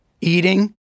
eating